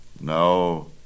No